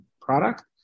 product